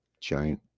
giant